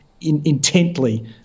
intently